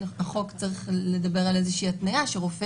החוק צריך לדבר על איזושהי התניה שרופא